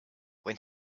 when